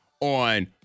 on